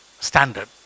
standard